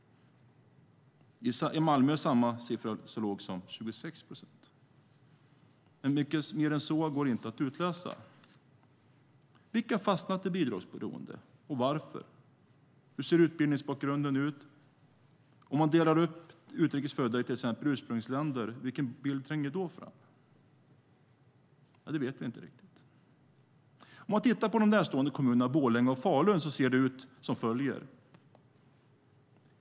I Malmö är siffran så låg som 26 procent. Men mycket mer än så går inte att utläsa. Vilka har fastnat i bidragsberoende, och varför? Hur ser utbildningsbakgrunden ut? Om man delar upp utrikes födda i till exempel ursprungsländer - vilken bild tränger då fram? Det vet vi inte riktigt. Om man tittar på de närstående kommunerna Borlänge och Falun ser det ut som följer.